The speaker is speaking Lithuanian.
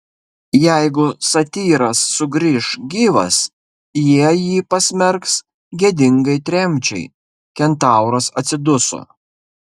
jeigu satyras sugrįš gyvas jie jį pasmerks gėdingai tremčiai kentauras atsiduso